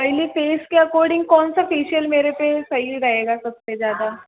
तो oily face के according कौन सा फेशियल मेरे पे सही रहेगा सबसे ज़्यादा